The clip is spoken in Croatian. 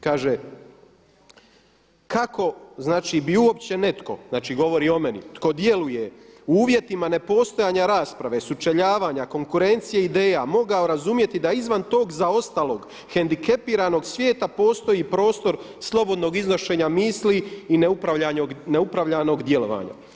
Kaže kako znači bi uopće netko, znači govori o meni, tko djeluje u uvjetima nepostojanja rasprave, sučeljavanja, konkurencije ideja mogao razumjeti da izvan tog zaostalog hendikepiranog svijeta postoji prostor slobodnog iznošenja misli i neupravljanog djelovanja.